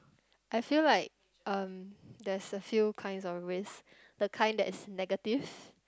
I feel like um there's a few kinds of risk the kind that is negative